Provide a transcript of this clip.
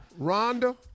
Rhonda